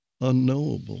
unknowable